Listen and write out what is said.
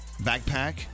backpack